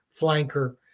flanker